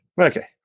Okay